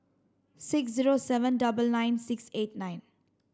six zero seven double nine six eight nine